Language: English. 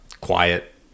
quiet